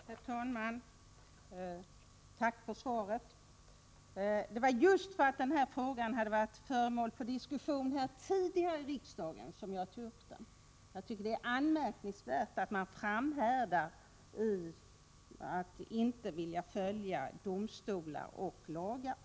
Herr talman! Jag ber att få tacka för svaret. Jag har tagit upp denna fråga just därför att den tidigare varit föremål för diskussion här i riksdagen. Jag tycker det är anmärkningsvärt att kommunalpolitiker framhärdar i att inte vilja följa domstolar och lagar.